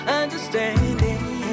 understanding